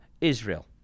Israel